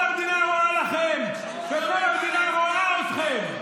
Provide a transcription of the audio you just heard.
כל המדינה רואה לכם וכל המדינה רואה אתכם.